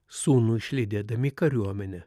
sūnų išlydėdami į kariuomenę